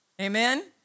Amen